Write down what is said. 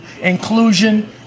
Inclusion